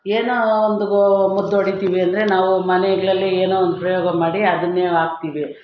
ಏನೋ ಒಂದು ಗೋ ಮದ್ದು ಹೊಡಿತೀವಿ ಅಂದರೆ ನಾವು ಮನೆಗಳಲ್ಲಿ ಏನೋ ಒಂದು ಪ್ರಯೋಗ ಮಾಡಿ ಅದನ್ನೇ ಹಾಕ್ತೀವಿ